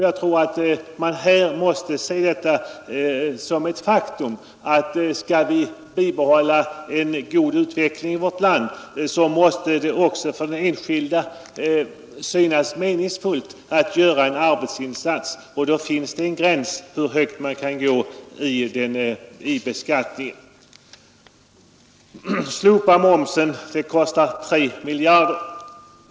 Jag anser att det för den enskilde måste synas meningsfullt att göra en arbetsinsats detta är nödvändigt om vi skall bibehålla en god utveckling i vårt land och då finns det en gräns för hur högt beskattningen kan gå. Att slopa momsen kostar 3 miljarder kronor har det sagts.